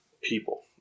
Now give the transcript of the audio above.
people